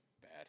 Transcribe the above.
Bad